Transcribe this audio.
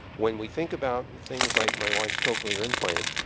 when we think about things like my wife's cochlear implant,